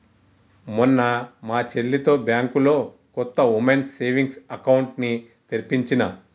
మొన్న మా చెల్లితో బ్యాంకులో కొత్త వుమెన్స్ సేవింగ్స్ అకౌంట్ ని తెరిపించినా